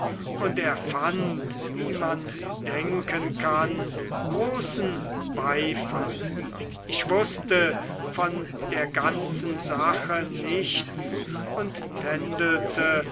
und er fand wie man denken kann großen beifall ich wußte von der ganzen sache nichts und tändelte